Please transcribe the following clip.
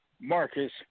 Marcus